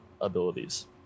abilities